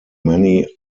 many